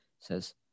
says